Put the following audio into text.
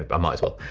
ah but might as well.